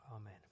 amen